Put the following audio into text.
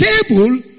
table